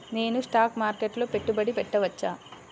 నేను స్టాక్ మార్కెట్లో పెట్టుబడి పెట్టవచ్చా?